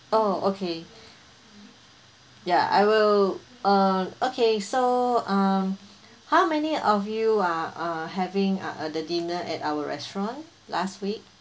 oh okay yeah I will um okay so um how many of you are uh having uh the dinner at our restaurant last week